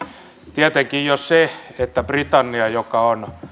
tietenkin jo se että britannia tällainen maa joka on